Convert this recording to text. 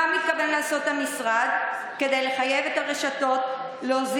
מה מתכוון לעשות המשרד כדי לחייב את הרשתות להוריד